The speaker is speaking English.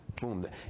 boom